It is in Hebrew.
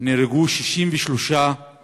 נהרגו 63 בני-אדם.